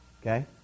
Okay